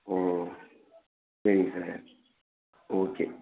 ஓ சரிங்க sir okay